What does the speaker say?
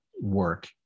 work